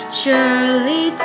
surely